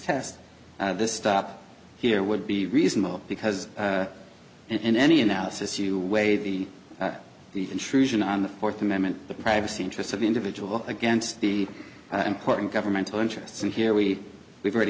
test this stop here would be reasonable because in any analysis you weigh the intrusion on the fourth amendment the privacy interests of the individual against the important governmental interests and here we we've already